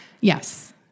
Yes